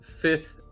fifth